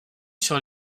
sur